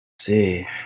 See